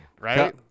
right